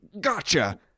Gotcha